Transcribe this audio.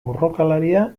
borrokalaria